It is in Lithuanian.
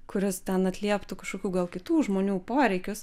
kuris ten atlieptų kažkokių gal kitų žmonių poreikius